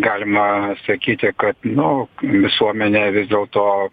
galima sakyti kad nu visuomenę vis dėl to